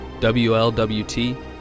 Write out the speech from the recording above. WLWT